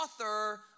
author